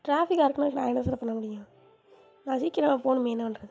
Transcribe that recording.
டிராஃபிக்காக இருக்குதுன்னா அதுக்கு நான் என்ன சார் பண்ண முடியும் நான் சீக்கிரம் போகணுமே என்ன பண்றது